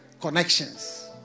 connections